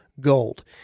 Gold